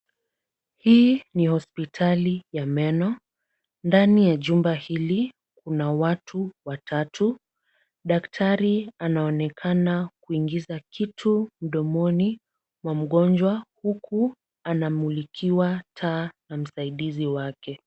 Hii ni hospitali ya meno. Ndani ya chumba hili kuna watu watatu, daktari anaonekana kuingiza kitu mdomoni mwa mgonjwa huku anamulikiwa taa na msaidizi wake.